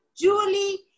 Julie